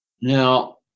Now